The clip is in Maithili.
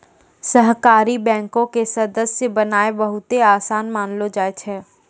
सहकारी बैंको के सदस्य बननाय बहुते असान मानलो जाय छै